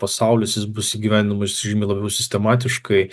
pasaulis jis bus įgyvendinamas žymiai labiau sistematiškai